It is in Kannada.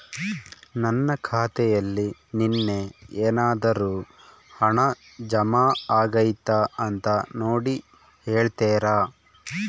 ನನ್ನ ಖಾತೆಯಲ್ಲಿ ನಿನ್ನೆ ಏನಾದರೂ ಹಣ ಜಮಾ ಆಗೈತಾ ಅಂತ ನೋಡಿ ಹೇಳ್ತೇರಾ?